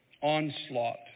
onslaught